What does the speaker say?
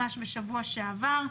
ממש בשבוע שעבר.